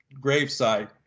gravesite